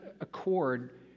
accord